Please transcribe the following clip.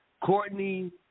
Courtney